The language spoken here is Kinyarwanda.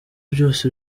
byose